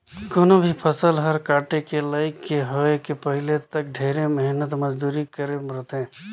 कोनो भी फसल हर काटे के लइक के होए के पहिले तक ढेरे मेहनत मंजूरी करे रथे